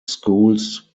schools